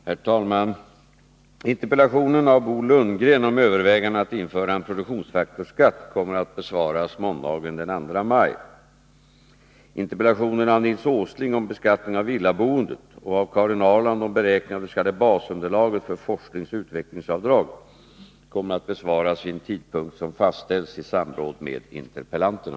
Herr talman! Interpellationen av Bo Lundgren om övervägandena att införa en produktionsfaktorsskatt kommer att besvaras måndagen den 2 maj. Interpellationerna av Nils Åsling om beskattningen av villaboendet och av Karin Ahrland om beräkningen av dets.k. basunderlaget för forskningsoch utvecklingsavdrag kommer att besvaras vid en tidpunkt som fastställs i samråd med interpellanterna.